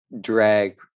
drag